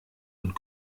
und